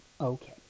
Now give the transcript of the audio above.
Okay